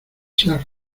seas